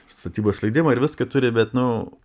statybos leidimą ir viską turi bet nu